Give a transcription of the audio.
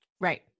Right